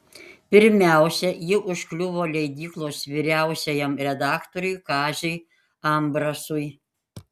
pirmiausia ji užkliuvo leidyklos vyriausiajam redaktoriui kaziui ambrasui